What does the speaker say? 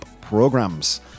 programs